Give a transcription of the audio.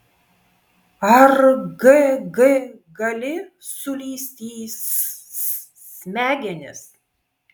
ar g g gali sulįsti į s s smegenis